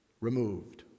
removed